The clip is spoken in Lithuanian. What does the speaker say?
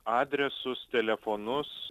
adresus telefonus